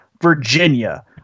Virginia